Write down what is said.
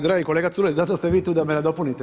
Dragi kolega Culej zato ste vi tu da me nadopunite.